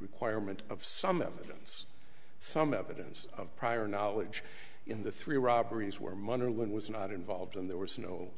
requirement of some evidence some evidence of prior knowledge in the three robberies where mother lynn was not involved and there was no